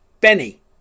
Benny